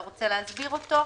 אתה רוצה להסביר אותו?